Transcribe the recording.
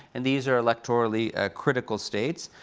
and these are electorally critical states.